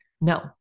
No